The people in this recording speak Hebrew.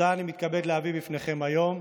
שאותה אני מתכבד להביא בפניכם היום,